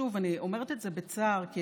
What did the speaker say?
שוב, אני אומרת את זה בצער, כי